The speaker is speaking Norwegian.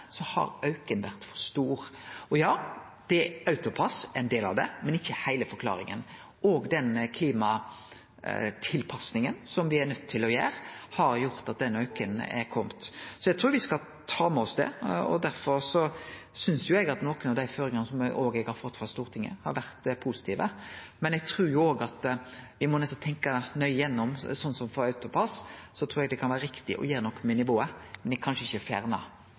har auken vore for stor. Ja, AutoPASS er ein del av det, men ikkje heile forklaringa. Òg den klimatilpassinga me er nøydde til å gjere, har gjort at den auken er komen. Eg trur me skal ta med oss det. Derfor synest eg at nokon av dei føringane eg har fått frå Stortinget, har vore positive, men eg trur òg at me er nøydde til å tenkje nøye gjennom det. Når det gjeld AutoPASS, trur eg det kan vere riktig å gjere noko med nivået, men kanskje ikkje